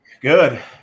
Good